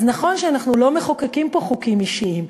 נכון שאנחנו לא מחוקקים פה חוקים אישיים,